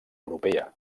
europea